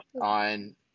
on